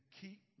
keep